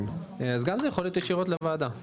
אז זה גם יכול להיות ישירות לוועדה,